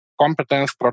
competence